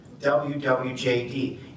WWJD